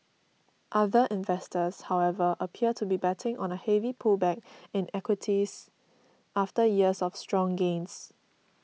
other investors however appear to be betting on a heavy pullback in equities after years of strong gains